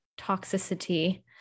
toxicity